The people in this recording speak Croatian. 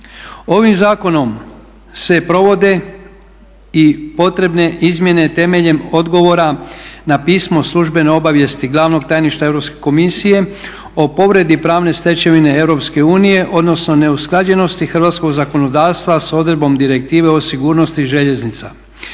Ovim zakonom se provode i potrebne izmjene temeljem odgovora na pismo službene obavijesti glavnog tajništva Europske komisije o povredi pravne stečevine EU odnosno neusklađenosti hrvatskog zakonodavstva s odredbom direktive o sigurnosti željeznica.